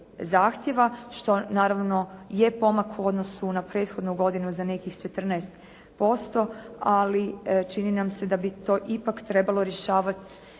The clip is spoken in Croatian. zahtjeva, što naravno je pomak u odnosu na prethodnu godinu za nekih 14%, ali čini nam se da bi to ipak trebalo rješavati